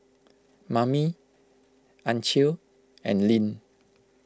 Mamie Ancil and Linn